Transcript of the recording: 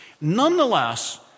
Nonetheless